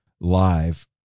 live